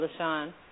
LaShawn